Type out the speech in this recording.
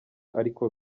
ariko